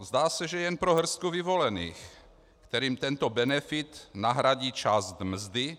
Zdá se, že jen pro hrstku vyvolených, kterým tento benefit nahradí část mzdy,